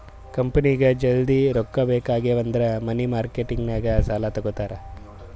ಕಂಪನಿಗ್ ಜಲ್ದಿ ರೊಕ್ಕಾ ಬೇಕ್ ಆಗಿವ್ ಅಂದುರ್ ಮನಿ ಮಾರ್ಕೆಟ್ ನಾಗ್ ಸಾಲಾ ತಗೋತಾರ್